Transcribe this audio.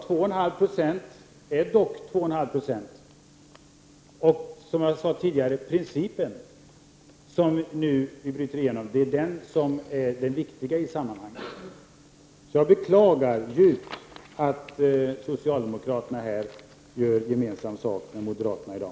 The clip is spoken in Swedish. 2,5 Jo är dock 2,5 20. Som jag sade tidigare är det den princip som vi nu bryter som är det viktiga i sammanhanget. Jag beklagar djupt att socialdemokraterna gör gemensam sak med moderaterna i dag.